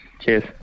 Cheers